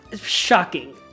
Shocking